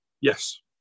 yes